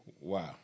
Wow